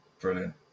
Brilliant